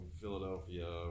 Philadelphia